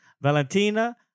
Valentina